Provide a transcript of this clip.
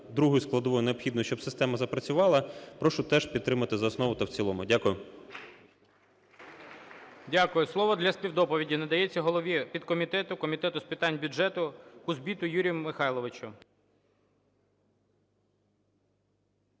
другою складовою необхідною, щоб система запрацювала. Прошу теж підтримати за основу та в цілому. Дякую. ГОЛОВУЮЧИЙ. Дякую. Слово для співдоповіді надається голові підкомітету Комітету з питань бюджету Кузбиту Юрію Михайловичу.